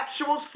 Actual